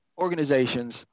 organizations